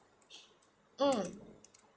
mm